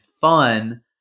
fun